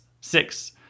six